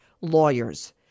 lawyers